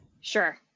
Sure